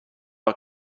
not